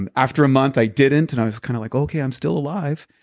and after a month, i didn't. and i was kind of like, okay, i'm still alive.